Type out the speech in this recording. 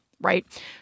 right